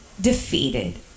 defeated